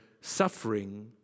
suffering